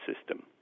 system